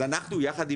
אז אנחנו יחד,